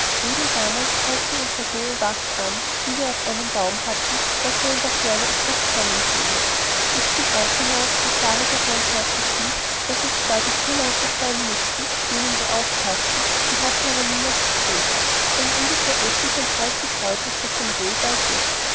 eben damals zeigte unsere hohe wacht an die wir auf einem baum hatten daß er in der ferne etwas kommen sehe ich stieg auch hinauf und sahe durch mein perspektiv daß es zwar die fuhrleute sein müßten denen wir aufpaßten sie hatten aber niemand zu fuß sondern ungefähr etlich und dreißig reuter zur